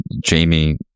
Jamie